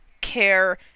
care